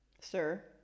Sir